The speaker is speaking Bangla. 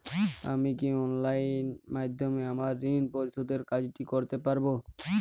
আমি কি অনলাইন মাধ্যমে আমার ঋণ পরিশোধের কাজটি করতে পারব?